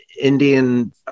Indian